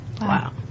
Wow